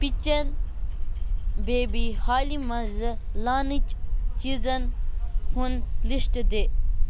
pigeon baby حالٕے مَنٛزٕ launch چیٖزن ہُنٛد لِسٹ دِ